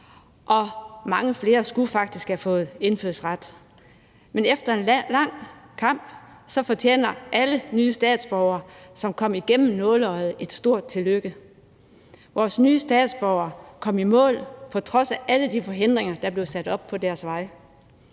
og mange flere skulle faktisk have fået indfødsret. Men efter en lang kamp fortjener alle nye statsborgere, som kom igennem nåleøjet, et stort tillykke. Vores nye statsborgere kom i mål på trods af alle de forhindringer, der blev sat op på deres vej.